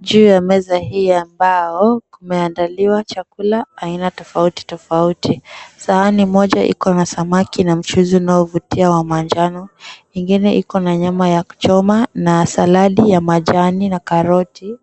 Juu ya meza hii ya mbao, kumeandaliwa chakula aina tofauti tofauti. Sahani moja iko na samaki na mchuzi unaovutia wa manjano, ingine iko na nyama ya kuchoma na saladi ya majani na karoti.